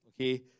Okay